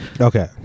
Okay